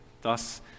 Thus